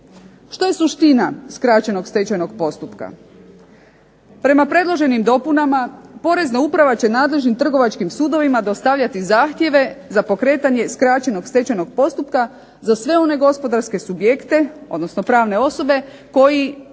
Što je suština skraćenog stečajnog postupka?